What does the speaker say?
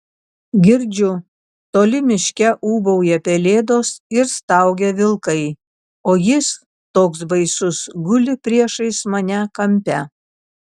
girdžiu toli miške ūbauja pelėdos ir staugia vilkai o jis toks baisus guli priešais mane kampe